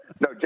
no